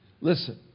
listen